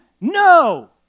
no